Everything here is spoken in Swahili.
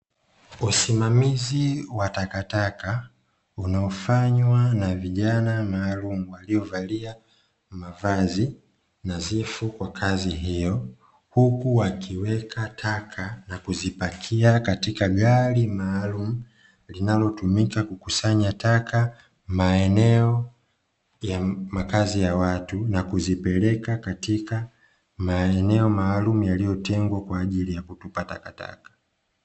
Wasimamizi wa takataka unaofanywa na vijana maalumu waliovalia mavazi nadhifu kwa kazi hiyo, huku wakiweka taka na kuzipakia katika gari maalumu linalotumika kukusanya taka maeneo ya makazi ya watu, na kuzipeleka katika maeneo maalumu yaliyotengwa kwaajili ya kutupa takataka.